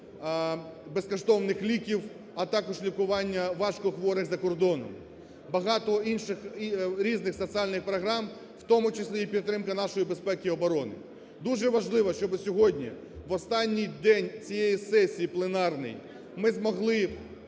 безкоштовних ліків, а також лікування важкохворих за кордоном, багато інших різних соціальних програм, в тому числі і підтримка нашої безпеки і оборони. Дуже важливо, щоб сьогодні в останній день цієї сесії пленарний ми змогли